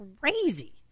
crazy